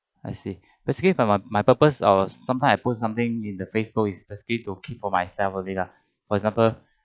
I see basically like my my purpose was sometime I put something in the facebook is basically need to keep for myself only lah for example